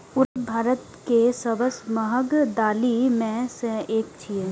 उड़द भारत के सबसं महग दालि मे सं एक छियै